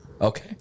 Okay